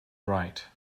right